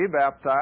baptized